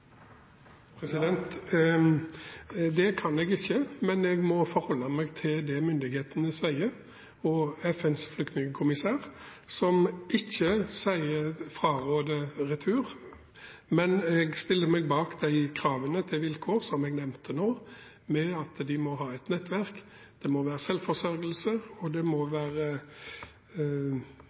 Det kan jeg ikke, men jeg må forholde meg til det myndighetene sier og til FNs flyktningkommisær, som ikke fraråder retur. Men jeg stiller meg bak de kravene til vilkår som jeg nevnte med at de må ha et nettverk, det må være selvforsørgelse, og det må